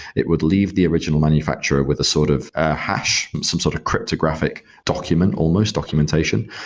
it would leave the original manufacturer with a sort of a hash, some sort of cryptographic document almost, documentation,